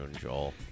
Joel